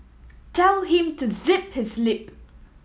tell him to zip his lip